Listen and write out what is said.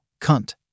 cunt